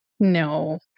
No